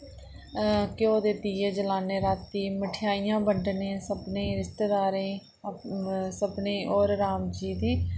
घ्यो दे दिये जलाने राती मिठाइयां बंडने सभने रिश्तेदारें सभनें और राम जी दी